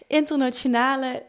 internationale